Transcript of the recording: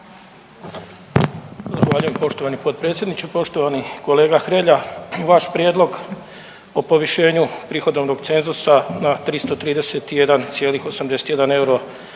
Zahvaljujem poštovani potpredsjedniče, poštovani kolega Hrelja. Vaš prijedlog o povišenju prihodovnog cenzusa na 331,81 euro